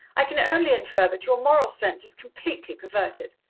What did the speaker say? i can only infer that your moral sense is completely perverted.